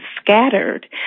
scattered